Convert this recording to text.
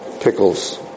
pickles